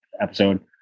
episode